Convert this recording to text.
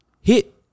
hit